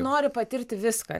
nori patirti viską